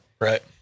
Right